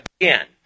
again